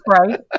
right